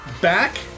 Back